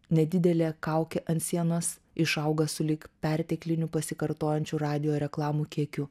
nedidelė kaukė ant sienos išauga sulig pertekliniu pasikartojančių radijo reklamų kiekiu